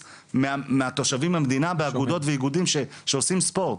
מהתושבים במדינה באגודות ואיגודים שעושים ספורט.